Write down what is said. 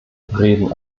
reden